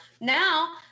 Now-